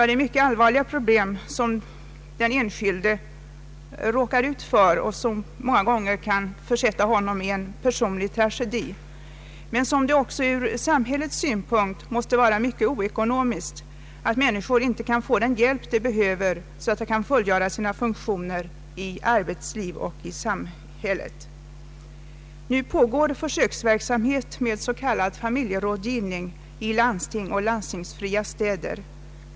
Det är mycket allvarliga problem som den enskilde råkar ut för och som många gånger för honom kan leda till en personlig tragedi. Men det måste också ur samhällets synpunkt vara mycket oekonomiskt att människor inte kan få den hjälp de behöver, så att de kan fullgöra sina funktioner i arbetsliv och i samhälle. Nu pågår försöksverksamhet med s.k. familjerådgivning i landsting och landstingsfria städer.